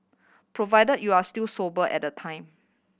provide you were still sober at the time